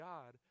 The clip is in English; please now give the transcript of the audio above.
God